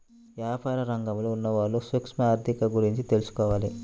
యాపార రంగంలో ఉన్నవాళ్ళు సూక్ష్మ ఆర్ధిక గురించి తెలుసుకోవాలి